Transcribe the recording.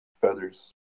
feathers